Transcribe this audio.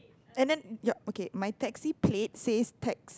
and then your okay my taxi plate says tax